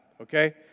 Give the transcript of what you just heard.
okay